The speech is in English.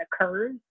occurs